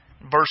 verse